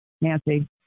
Nancy